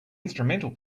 instrumental